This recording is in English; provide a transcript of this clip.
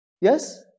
Yes